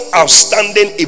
outstanding